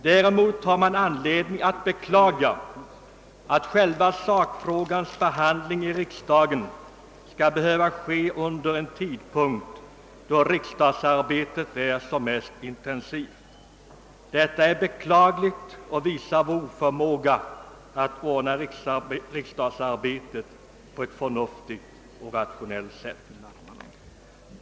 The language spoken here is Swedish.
Däremot har man anledning att beklaga att själva sakfrågans behandling i riksdagen skall behöva ske vid en tidpunkt då riksdagsarbetet är som mest intensivt. Detta är beklagligt och visar vår oförmåga att ordna riksdagsarbetet på ett förnuftigt och rationellt sätt.